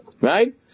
right